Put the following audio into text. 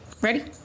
Ready